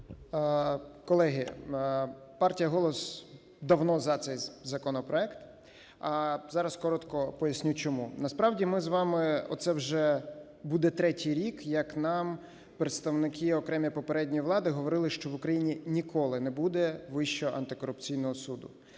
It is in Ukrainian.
Колеги, партія "Голос" давно за цей законопроект. Зараз коротко поясню чому. Насправді ми з вами, оце вже буде третій рік, як нам представники окремі попередньої влади говорили, що в Україні ніколи не буде Вищого антикорупційного суду.